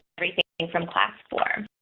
everything from class four.